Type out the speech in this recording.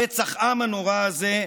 רצח העם הנורא הזה,